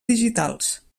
digitals